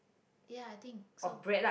ya i think so